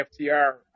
FTR